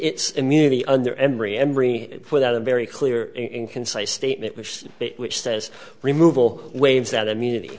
its immunity under emory embry without a very clear and concise statement which says it which says removal waves that immunity